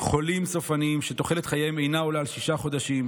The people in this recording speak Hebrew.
חולים סופניים שתוחלת חייהם אינה עולה על שישה חודשים.